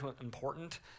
important